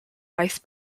vice